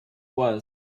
was